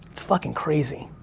it's fucking crazy.